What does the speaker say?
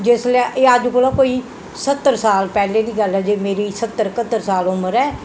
जिसलै एह् अज्ज कोला कोई सत्तर साल पैह्ले दी गल्ल ऐ जे मेरी सत्तर कत्तर साल उम्र ऐ